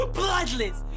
bloodless